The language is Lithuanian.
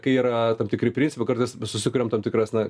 kai yra tam tikri principai kartais susikuriam tam tikras na